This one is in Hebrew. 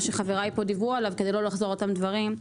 שחבריי פה דיברו עליו כדי לא לחזור על אותם דברים.